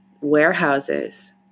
warehouses